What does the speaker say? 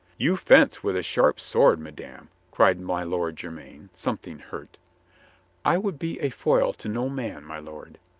you fence with a sharp sword, madame, cried my lord jermyn, something hurt i would be a foil to no man, my lord.